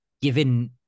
given